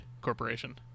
corporation